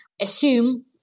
assume